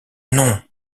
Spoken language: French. nom